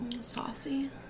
Saucy